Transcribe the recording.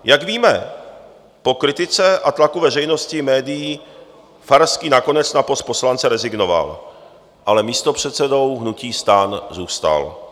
Jak víme, po kritice a tlaku veřejnosti, médií Farský nakonec na post poslance rezignoval, ale místopředsedou hnutí STAN zůstal.